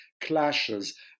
clashes